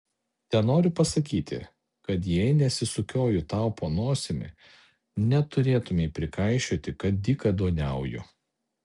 tenoriu pasakyti kad jei nesisukioju tau po nosimi neturėtumei prikaišioti kad dykaduoniauju